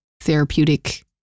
therapeutic